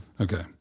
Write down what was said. Okay